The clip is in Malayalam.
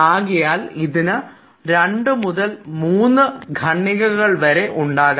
ആകയാൽ ഇതിന് 2 മുതൽ 3 ഖണ്ഡികകൾ വരെ ഉണ്ടാകാം